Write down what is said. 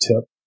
tip